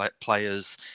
players